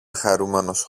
χαρούμενος